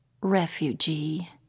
refugee